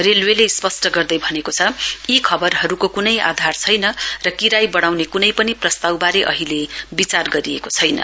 रेलवेले स्पष्ट गर्दै भनेको छ यी खबरहरूको कुनै आधार छैन र किराय बढाउने कुनै पनि प्रस्तावबारे अहिले विचार गरिएको छैन